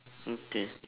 okay